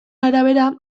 arabera